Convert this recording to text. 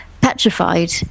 petrified